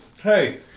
hey